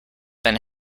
been